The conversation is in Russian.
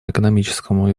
экономическому